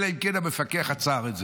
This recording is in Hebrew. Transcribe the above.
אלא אם כן המפקח עצר את זה.